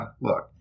look